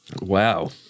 Wow